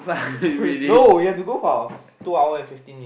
no we have to go for our two hour and fifteen minute